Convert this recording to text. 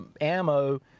ammo